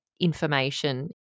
information